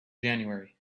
january